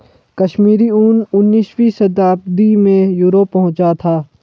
कश्मीरी ऊन उनीसवीं शताब्दी में यूरोप पहुंचा था